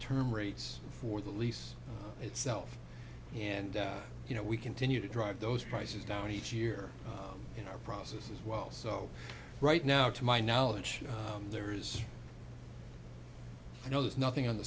term rates for the lease itself and you know we continue to drive those prices down each year in our process as well so right now to my knowledge there is you know there's nothing on the